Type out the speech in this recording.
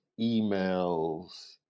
emails